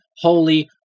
holy